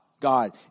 God